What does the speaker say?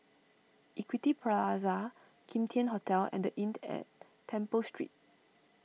Equity Plaza Kim Tian Hotel and the Inn at Temple Street